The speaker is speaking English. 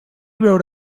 wrote